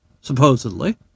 supposedly